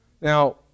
now